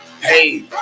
hey